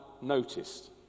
noticed